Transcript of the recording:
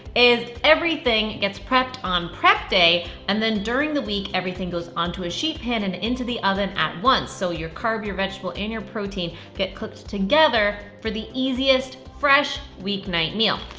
is everything gets prepped on prep day, and then during the week everything goes onto a sheet pan and into the oven at once. so you're carb, your vegetable, and your protein get cooked together for the easiest fresh weeknight meal.